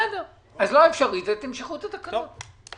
אפשרי אז תמשכו את התקנות.